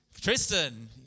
Tristan